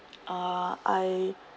uh I